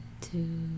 two